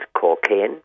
cocaine